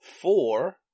four